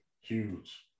Huge